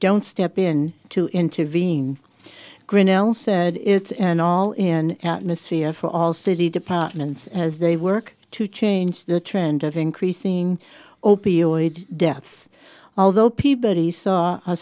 don't step in to intervene grinnell said it's an all in atmosphere for all city departments as they work to change the trend of increasing opioid deaths although